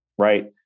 Right